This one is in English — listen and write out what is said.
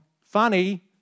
Funny